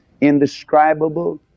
indescribable